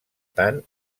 tant